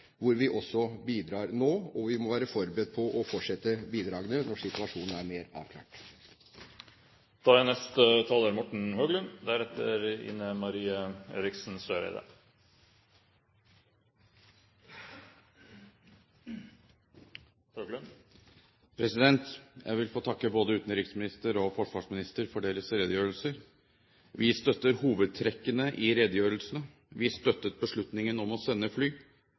hvor vi også bidrar nå. Og vi må være forberedt på å fortsette bidragene når situasjonen er mer avklart. Jeg vil takke både utenriksministeren og forsvarsministeren for deres redegjørelser. Vi støtter hovedtrekkene i redegjørelsene. Vi støttet beslutningen om å sende fly.